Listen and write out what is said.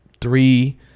three